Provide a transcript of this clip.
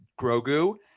Grogu